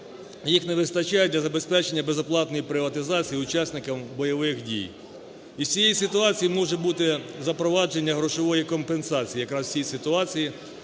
їх не вистачає для забезпечення безоплатної приватизації учасниками бойових дій. І з цієї ситуації може бути запровадження грошової компенсації,